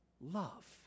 love